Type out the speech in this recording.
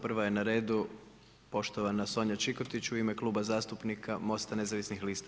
Prva je na redu poštovana Sonja Čikotić u ime Kluba zastupnika MOST-a nezavisnih lista.